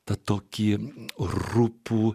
tad tokiems rupų